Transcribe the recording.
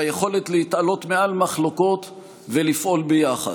ביכולת להתעלות מעל מחלוקות ולפעול ביחד.